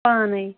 پانے